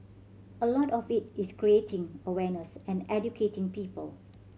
a lot of it is creating awareness and educating people